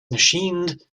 machined